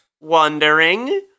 Wondering